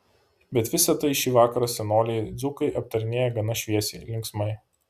bet visa tai šį vakarą senoliai dzūkai aptarinėja gana šviesiai linksmai